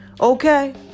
Okay